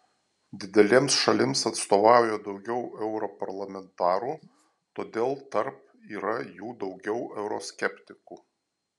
didelėms šalims atstovauja daugiau europarlamentarų todėl tarp yra jų daugiau euroskeptikų